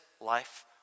life